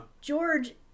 George